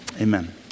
amen